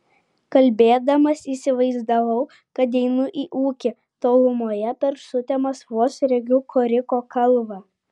kalbėdamas įsivaizdavau kad einu į ūkį tolumoje per sutemas vos regiu koriko kalvą